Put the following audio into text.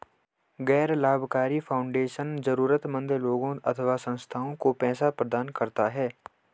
गैर लाभकारी फाउंडेशन जरूरतमन्द लोगों अथवा संस्थाओं को पैसे प्रदान करता है